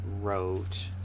wrote